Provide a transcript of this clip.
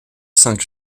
cinq